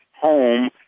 home